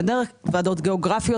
ועדות גיאוגרפיות.